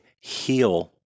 heal